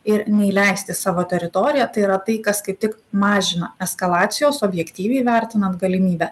ir neįleist į savo teritoriją tai yra tai kas kaip tik mažina eskalacijos objektyviai vertinant galimybę